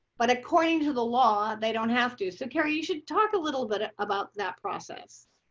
but according to the law. they don't have to. so carrie, you should talk a little bit about that process.